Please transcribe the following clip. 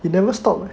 you never stop leh